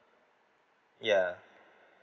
yeah